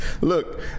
Look